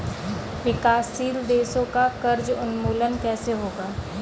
विकासशील देशों का कर्ज उन्मूलन कैसे होगा?